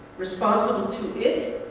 responsible to it,